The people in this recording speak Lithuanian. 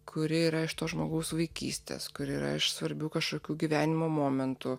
kuri yra iš to žmogaus vaikystės kur yra svarbių kažkokių gyvenimo momentų